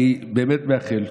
אני באמת מאחל,